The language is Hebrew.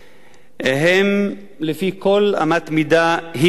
לפי כל אמת מידה הגיונית,